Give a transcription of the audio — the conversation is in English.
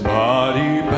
body